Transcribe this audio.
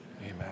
amen